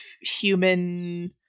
human